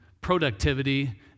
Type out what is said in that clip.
productivity